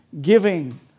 giving